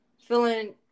feeling